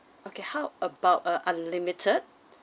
okay how about uh unlimited